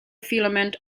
filament